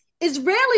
Israeli